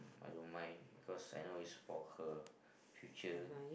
I don't mind because I know it's for her future